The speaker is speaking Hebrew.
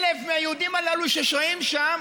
1,000 מהיהודים הללו ששוהים שם